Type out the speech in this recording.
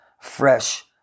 fresh